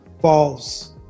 false